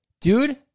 dude